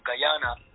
Guyana